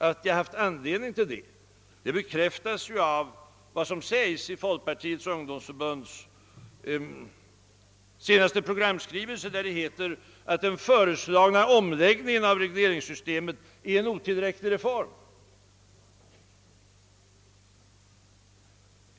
Att jag haft anledning till detta bekräftas av vad som sägs i folkpartiets ungdomsförbunds senaste program där det heter att den föreslagna omläggningen av regleringssystemet är en otillräcklig reform.